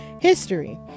history